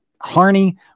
Harney